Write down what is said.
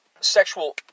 sexual